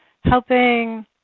helping